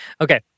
Okay